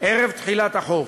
ערב תחילת החוק.